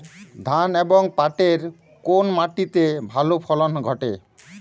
ধান এবং পাটের কোন মাটি তে ভালো ফলন ঘটে?